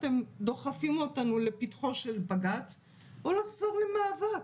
אתם דוחפים אותנו לפתחו של בג"ץ או לחזור למאבק.